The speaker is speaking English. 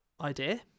idea